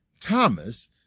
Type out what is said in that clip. Thomas